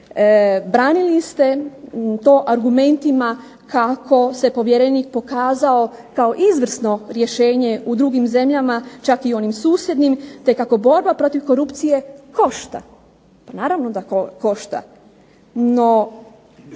branili ste to argumentima kako se povjerenik pokazao kao izvrsno rješenje u drugim zemljama, čak i onim susjednim, te kako borba protiv korupcije košta. Pa naravno da košta.